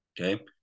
Okay